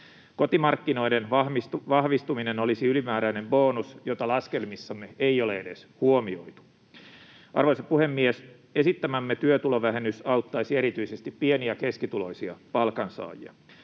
Kotimarkkinoiden vahvistuminen olisi ylimääräinen bonus, jota laskelmissamme ei ole edes huomioitu. Arvoisa puhemies! Esittämämme työtulovähennys auttaisi erityisesti pieni‑ ja keskituloisia palkansaajia.